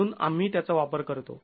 म्हणून आम्ही त्याचा वापर करतो